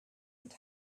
and